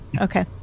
Okay